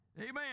Amen